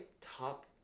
top